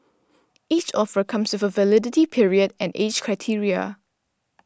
each offer comes with a validity period and age criteria